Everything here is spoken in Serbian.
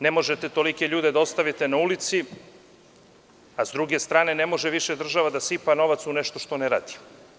Ne možete tolike ljude da ostavite na ulici, a sa druge strane, ne može više država da sipa novac u nešto što ne radi.